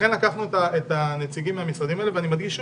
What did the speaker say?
לכן לקחנו את הנציגים מהמשרדים האלה ואני מדגיש,